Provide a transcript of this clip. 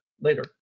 later